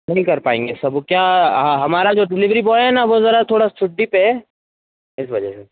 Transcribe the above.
नही कर पाएंगे सर वो क्या हमारा जो डिलीवरी बॉय है ना वो जरा थोड़ा छुट्टी पर है इस वजह से